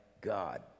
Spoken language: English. god